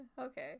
Okay